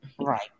Right